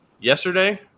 Yesterday